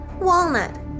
Walnut